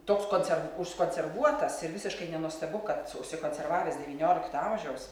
toks koncer užkonservuotas ir visiškai nenuostabu kad su užsikonservavęs devyniolikto amžiaus